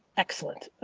excellent.